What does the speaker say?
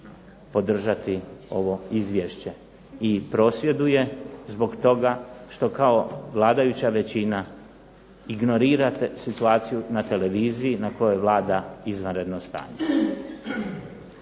podržati ovo izvješće i prosvjeduje zbog toga što kao vladajuća većina ignorirate situaciju na televiziji na kojoj vlada izvanredno stanje.